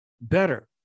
better